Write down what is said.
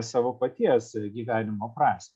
savo paties gyvenimo prasmę